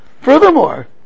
Furthermore